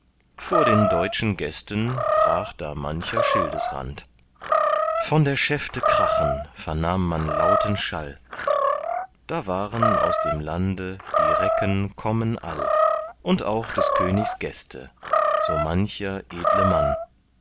vor den deutschen gästen brach da mancher schildesrand von der schäfte krachen vernahm man lauten schall da waren aus dem lande die recken kommen all und auch des königs gäste so mancher edle mann